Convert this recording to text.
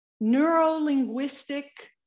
neuro-linguistic